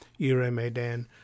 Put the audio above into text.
Euromaidan